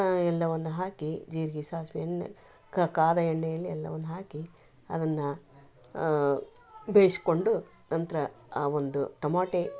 ಎಲ್ಲವನ್ನ ಹಾಕಿ ಜೀರಿಗೆ ಸಾಸಿವೆ ಎಣ್ಣೆ ಕಾದ ಎಣ್ಣೆಯಲ್ಲಿ ಎಲ್ಲವನ್ನು ಹಾಕಿ ಅದನ್ನ ಬೇಯಿಸ್ಕೊಂಡು ನಂತರ ಆ ಒಂದು ಟೊಮಾಟೆ